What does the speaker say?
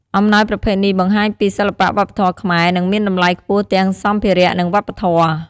អំណោយប្រភេទនេះបង្ហាញពីសិល្បៈវប្បធម៌ខ្មែរ និងមានតម្លៃខ្ពស់ទាំងសម្ភារៈ និងវប្បធម៌។